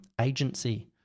agency